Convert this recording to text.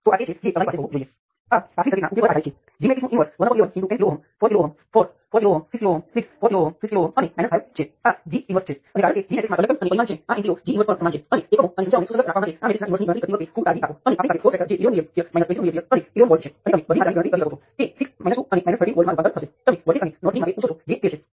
અને હું આને R અથવા રેઝિસ્ટન્ટ મેટ્રિક્સ કહેવાનું ચાલુ રાખીશ પરંતુ તમે સમજો છો કે આ રેઝિસ્ટન્સ અને પરિમાણરહિત અચળાંકો બંને છે